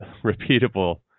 repeatable